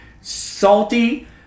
salty